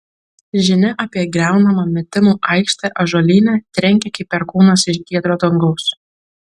žinia apie griaunamą metimų aikštę ąžuolyne trenkė kaip perkūnas iš giedro dangaus